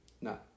No